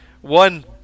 one